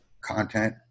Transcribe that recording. content